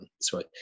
sorry